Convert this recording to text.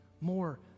more